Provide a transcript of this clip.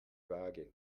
waage